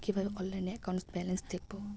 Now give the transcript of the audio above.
কিভাবে অনলাইনে account balance দেখবো?